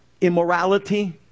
immorality